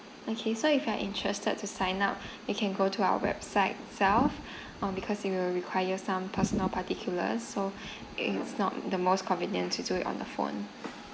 okay so if you're interested to sign up you can go to our website itself um because you will require some personal particulars so it's not the most convenient situation on the phone